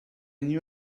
knew